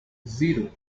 zero